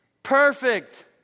Perfect